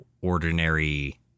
ordinary